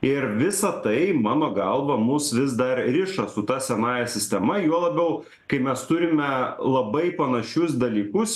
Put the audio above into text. ir visa tai mano galva mus vis dar riša su ta senąja sistema juo labiau kai mes turime labai panašius dalykus